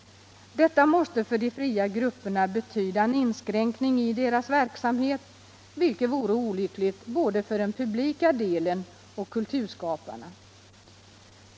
Detta måste för de fria grupperna betyda en inskränkning i verksamheten, vilket vore olyckligt både för den publika delen och för kulturskaparna.